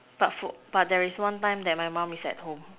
but for but there is one time that my mum is at home